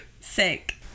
sick